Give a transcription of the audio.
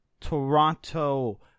Toronto